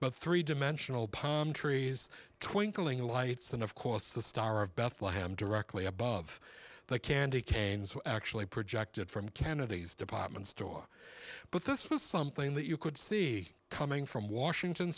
but three dimensional palm trees twinkling lights and of course the star of bethlehem directly above the candy canes were actually projected from kennedy's department store but this was something that you could see coming from washington